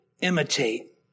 imitate